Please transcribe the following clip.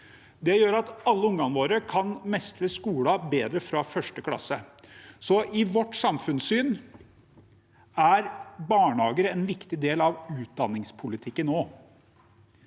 Det gjør at alle ungene våre kan mestre skolen bedre fra 1. klasse. I vårt samfunnssyn er barnehage en viktig del av utdanningspolitikken.